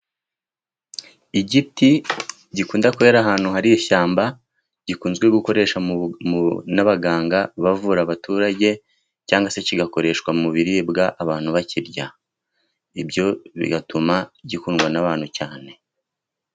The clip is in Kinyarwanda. Igiti gikunda kwera ahantu hari ishyamba gikunzwe gukoreshwa n'abaganga bavura abaturage, cyangwa se kigakoreshwa mu biribwa abantu bakirya, ibyo bigatuma gikundwa n'abantu cyane.